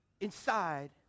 inside